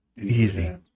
Easy